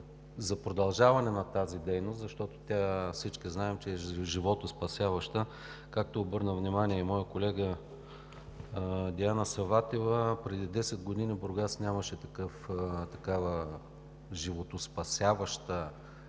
за продължаване на тази дейност, защото всички знаем, че е животоспасяваща. Както обърна внимание и моят колега Диана Саватева, преди десет години Бургас нямаше такива животоспасяващи